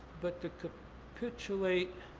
but to capitulate